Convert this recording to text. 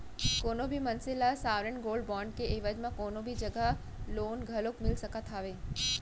कोनो भी मनसे ल सॉवरेन गोल्ड बांड के एवज म कोनो भी जघा लोन घलोक मिल सकत हावय